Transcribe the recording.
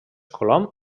colom